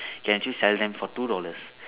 can actually sell them for two dollars